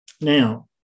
Now